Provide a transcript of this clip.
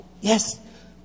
yes